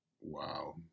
wow